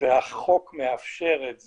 והחוק מאפשר את זה,